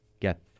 get